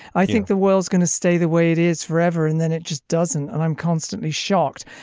i think the world's going to stay the way it is forever and then it just doesn't. and i'm constantly shocked.